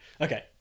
Okay